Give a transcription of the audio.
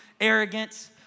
arrogance